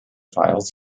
files